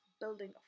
building